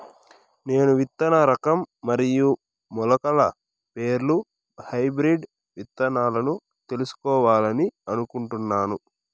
నేను విత్తన రకం మరియు మొలకల పేర్లు హైబ్రిడ్ విత్తనాలను తెలుసుకోవాలని అనుకుంటున్నాను?